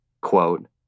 Quote